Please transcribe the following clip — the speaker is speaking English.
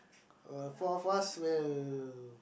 uh four of us will